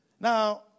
Now